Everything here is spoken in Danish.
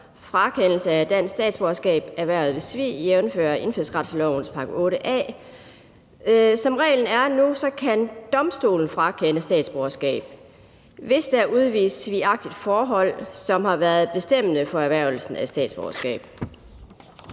frakendelse af dansk statsborgerskab erhvervet ved svig, jævnfør indfødsretslovens § 8 A. Som reglen er nu, kan domstolene frakende statsborgerskab, hvis der er udvist svigagtigt forhold, som har været bestemmende for erhvervelsen af statsborgerskab.